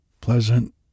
pleasant